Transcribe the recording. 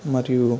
మరియు